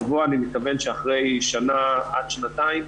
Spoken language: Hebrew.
גבוה אני מתכוון שאחרי שנה עד שנתיים